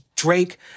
Drake